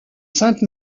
sainte